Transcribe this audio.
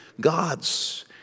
gods